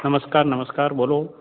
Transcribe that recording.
નમસ્કાર નમસ્કાર બોલો